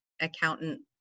accountant